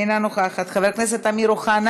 אינו נוכח, חבר הכנסת איתן ברושי,